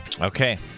Okay